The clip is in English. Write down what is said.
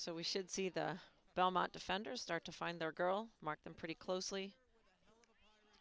so we should see the belmont defenders start to find their girl mark them pretty closely